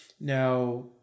Now